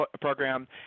Program